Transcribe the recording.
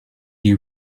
you